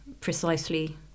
precisely